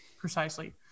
Precisely